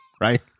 Right